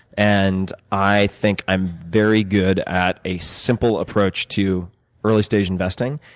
and i think i'm very good at a simple approach to early stage investing,